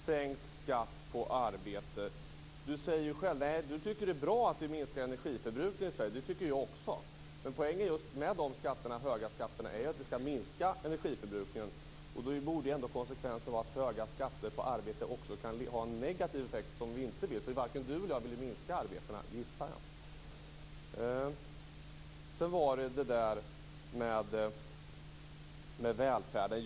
Fru talman! Arne Kjörnsberg säger att det är bra att vi minskar energiförbrukningen i Sverige. Det tycker jag också. Men poängen med de höga skatterna är just att vi skall minska energiförbrukningen. Då borde ändå konsekvensen vara att höga skatter på arbete också kan få en negativ effekt som vi inte vill ha. Varken Arne Kjörnsberg eller jag vill väl minska antalet arbeten gissar jag. Sedan var det detta med välfärden.